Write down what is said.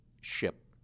ship